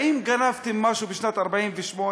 האם גנבתם משהו בשנת 1948?